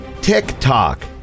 TikTok